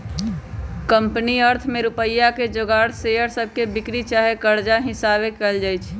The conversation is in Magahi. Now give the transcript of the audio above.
कंपनी अर्थ में रुपइया के जोगार शेयर सभके बिक्री चाहे कर्जा हिशाबे कएल जाइ छइ